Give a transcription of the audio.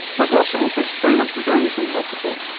michael osterholm, thanks very much for joining us on the health report.